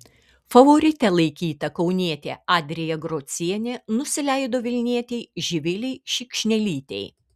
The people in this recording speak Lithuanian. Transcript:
favorite laikyta kaunietė adrija grocienė nusileido vilnietei živilei šikšnelytei